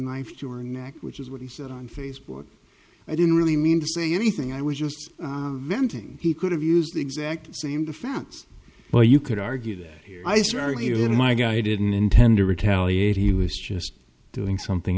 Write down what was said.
knife to her neck which is what he said on facebook i didn't really mean to say anything i was just venting he could have used the exact same defense well you could argue that i sorry if my guy didn't intend to retaliate he was just doing something